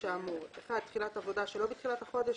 האמור: (1) תחילת עבודה שלא בתחילת חודש,